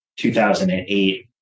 2008